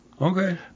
Okay